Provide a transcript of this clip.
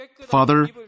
Father